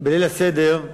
בליל הסדר,